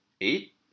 eight